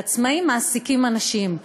העצמאים מעסיקים אנשים,